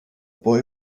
boy